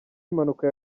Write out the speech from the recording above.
impanuka